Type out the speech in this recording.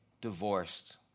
divorced